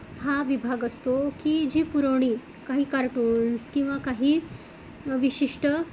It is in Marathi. हा विभाग असतो की जी पुरवणी काही कार्टून्स किंवा काही विशिष्ट